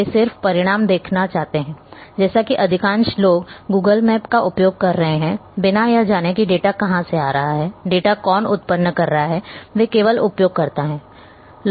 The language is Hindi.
वे सिर्फ परिणाम देखना चाहते हैं जैसे कि अधिकांश लोग गूगल मैप का उपयोग कर रहे हैं बिना यह जाने कि डेटा कहाँ से आ रहा है डेटा कौन उत्पन्न कर रहा है वे केवल उपयोगकर्ता हैं